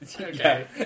okay